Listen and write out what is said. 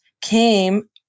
came